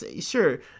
Sure